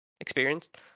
experienced